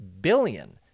billion